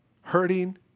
hurting